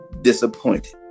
disappointed